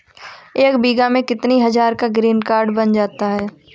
एक बीघा में कितनी हज़ार का ग्रीनकार्ड बन जाता है?